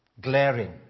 glaring